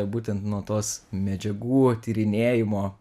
būtent nuo tos medžiagų tyrinėjimo